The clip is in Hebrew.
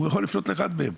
הוא יכול לפנות לאחד מהם.